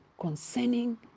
concerning